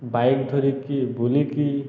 bike ଧରିକି ବୁଲିକି